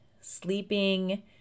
sleeping